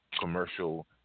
commercial